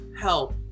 help